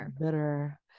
bitter